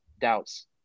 doubts